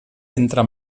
entre